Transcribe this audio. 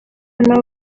nabo